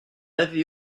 avait